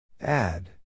Add